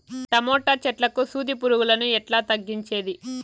Tomato చెట్లకు సూది పులుగులను ఎట్లా తగ్గించేది?